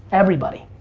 everybody.